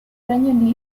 regno